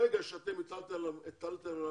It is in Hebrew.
ברגע שאתם הטלתם קנס,